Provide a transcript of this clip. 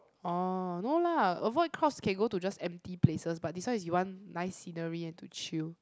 orh no lah avoid crowds can go to just empty places but this one is you want nice scenery and to chill